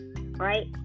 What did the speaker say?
right